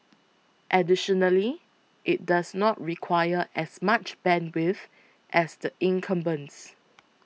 additionally it does not require as much bandwidth as the incumbents